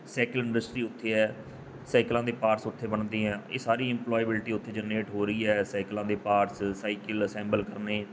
cycle industry ਉੱਥੇ ਹੈ ਸਾਈਕਲਾਂ ਦੇ ਪਾਰਟਸ ਉੱਥੇ ਬਣਦੇ ਆ ਇਹ ਸਾਰੀ ਇੰਪਲੋਬਿਲਟੀ ਉੱਥੇ ਜਨਰੇਟ ਹੋ ਰਹੀ ਹੈ ਸਾਈਕਲਾਂ ਦੇ ਪਾਰਟਸ ਸਾਈਕਲ ਅਸੈਂਬਲ ਕਰਨੇ